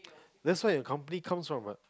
that's why your company comes from what